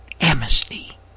Amnesty